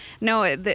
no